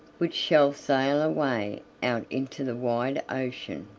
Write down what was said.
which shall sail away out into the wide ocean.